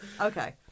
Okay